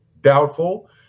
Doubtful